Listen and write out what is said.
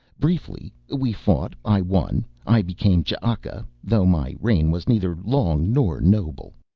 briefly, we fought, i won, i became ch'aka, though my reign was neither long nor noble.